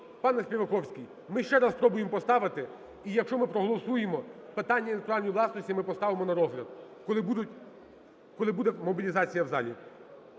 Пане Співаковський, ми ще раз спробуємо поставити, і якщо ми проголосуємо, питання інтелектуальної власності ми поставимо на розгляд, коли будуть… коли буде мобілізація в залі.